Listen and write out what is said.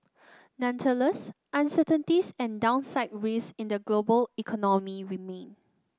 nonetheless uncertainties and downside risks in the global economy remain